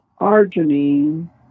arginine